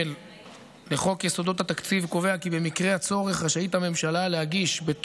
לקריאה ראשונה.